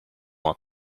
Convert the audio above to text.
had